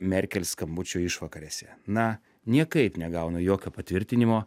merkel skambučio išvakarėse na niekaip negaunu jokio patvirtinimo